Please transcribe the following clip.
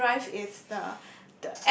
overdrive is the